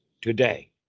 today